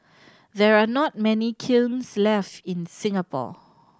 there are not many kilns left in Singapore